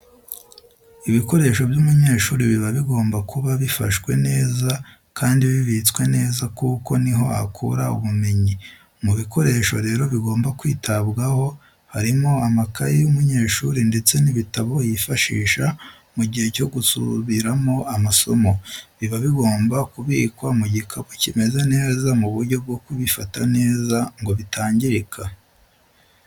Ibikoresho by'umunyeshuri biba bigomba kuba bufashwe neza kandi bibitswe neza kuko niho akura ubumenyi. Mu bikoresho rero bigomba kwitabwaho harimo amakaye y'umunyeshuri ndetse n'ibitabo yifashisha mu gihe cyo gusubiramo amasomo, biba bigomba kubikwa mu gikapu kimeze neza mu buryo bwo kubifata neza ngo bitangirika.